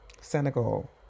Senegal